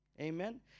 Amen